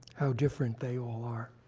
how different they all are.